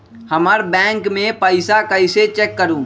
हमर बैंक में पईसा कईसे चेक करु?